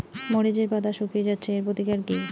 মরিচের পাতা শুকিয়ে যাচ্ছে এর প্রতিকার কি?